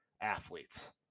athletes